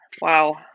wow